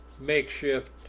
makeshift